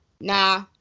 nah